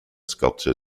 sculpture